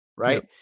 right